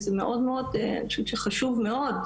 ואני חושבת שהוא חשוב מאוד,